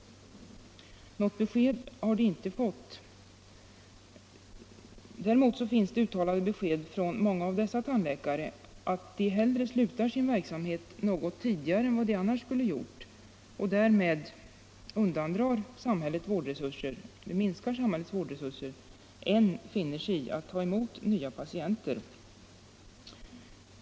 Något besked har de inte fått. Däremot finns det uttalade besked från många av dessa tandläkare att de slutar sin verksamhet något tidigare än de annars skulle ha gjort — och därmed minskar samhällets vårdresurser — hellre än de finner sig i att ta emot nya patienter.